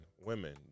women